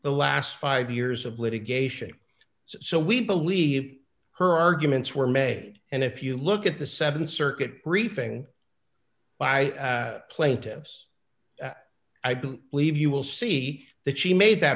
the last five years of litigation so we believe her arguments were made and if you look at the seven circuit briefing by plaintiffs i believe you will see that she made that